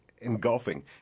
engulfing